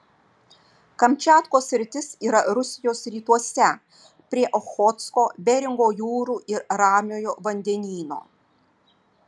kamčiatkos sritis yra rusijos rytuose prie ochotsko beringo jūrų ir ramiojo vandenyno